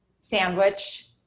sandwich